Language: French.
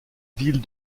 ville